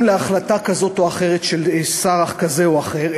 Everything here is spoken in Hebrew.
להחלטה כזאת או אחרת של שר כזה או אחר,